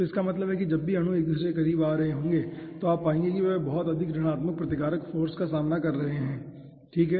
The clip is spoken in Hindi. तो इसका मतलब है कि जब भी अणु एक दूसरे के बहुत करीब आ रहे हैं तो आप पाएंगे कि वे बहुत अधिक ऋणात्मक प्रतिकारक फ़ोर्स का सामना कर रहे हैं ठीक है